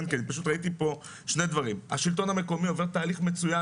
בשנים האחרונות השלטון המקומי עובר תהליך מצוין.